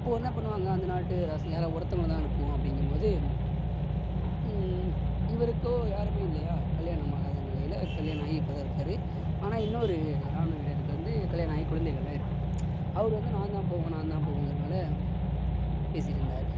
அப்போது என்ன பண்ணுவாங்க அந்த நாட்டு அரசு யாராவது ஒருத்தங்களை தான் அனுப்புவோம் அப்டிங்கும் போது இவருக்கு யாரும் இல்லயா கல்யாணம் ஆகாத நிலையில் கல்யாணமாகி இப்போதான் இருக்கார் ஆனால் இன்னொரு ராணுவ வீரருக்கு வந்து கல்யாணமாகி குழந்தைகள்லாம் இருக்கு அவர் வந்து நான்தான் போவேன் நான்தான் போவேங்குறதுனால பேசிகிட்டு இருந்தார்